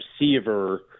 receiver